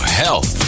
health